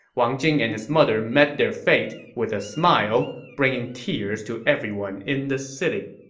wang jing and his mother met their fate with a smile, bringing tears to everyone in the city